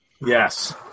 Yes